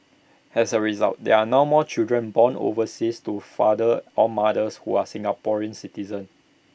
as A result there are now more children born overseas to fathers or mothers who are Singaporean citizens